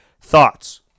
Thoughts